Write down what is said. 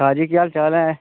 शाह् जी केह् हाल चाल ऐ